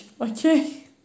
okay